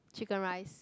Chicken Rice